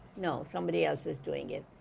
no, somebody else is doing it.